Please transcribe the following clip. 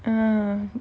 um